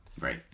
Right